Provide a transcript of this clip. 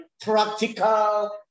practical